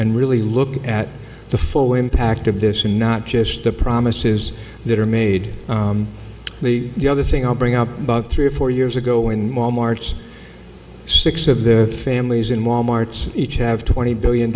and really look at the full impact of this and not just the promises that are made the the other thing i'll bring up about three or four years ago when wal mart's six of the families in wal mart's each have twenty billion